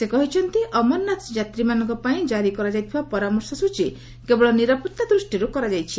ସେ କହିଛନ୍ତି ଅମରନାଥ ଯାତ୍ରୀମାନଙ୍କ ପାଇଁ ଜାରି କରାଯାଇଥିବା ପରାମର୍ଶ ସ୍ୱଚୀ କେବଳ ନିରାପତ୍ତା ଦୃଷ୍ଟିରୁ କରାଯାଇଛି